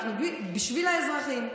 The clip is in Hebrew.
אנחנו בשביל האזרחים,